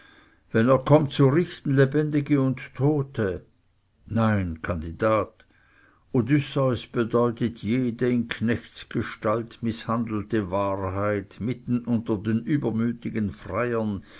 wenn er kommt zu richten lebendige und tote nein kandidat odysseus bedeutet jede in knechtesgestalt mißhandelte wahrheit mitten unter den übermütigen freiern